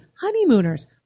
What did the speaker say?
honeymooners